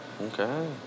Okay